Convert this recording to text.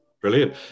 Brilliant